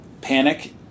panic